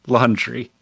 Laundry